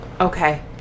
okay